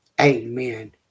Amen